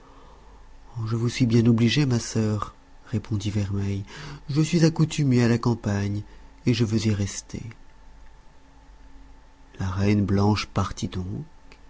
je vous suis bien obligée ma sœur répondit vermeille je suis accoutumée à la campagne et je veux y rester la reine blanche partit donc